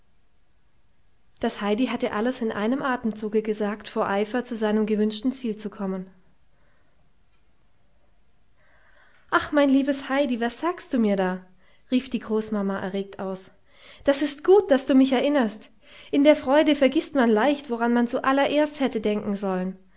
das heidi hatte alles in einem atemzuge gesagt vor eifer zu seinem gewünschten ziel zu kommen ach mein liebes heidi was sagst du mir da rief die großmama erregt aus das ist gut daß du mich erinnerst in der freude vergißt man leicht woran man zuallererst hätte denken sollen